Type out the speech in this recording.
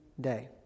day